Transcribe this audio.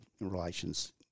relations